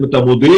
אם אתה מודיעין,